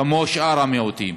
כמו שאר המיעוטים.